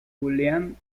julián